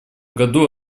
году